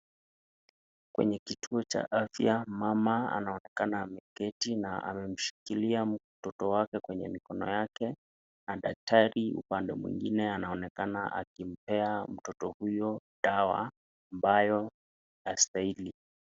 Kwenye kituo ch afya mama kuketi na ameshikilia mtoto wake kwenye mikono yake na daktari upande mwingine anaonekana akipea mtoto huyo dawa ambayo haistahili.